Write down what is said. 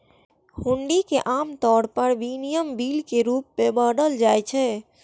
हुंडी कें आम तौर पर विनिमय बिल के रूप मे मानल जाइ छै